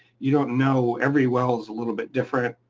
you don't know every well is a little bit different,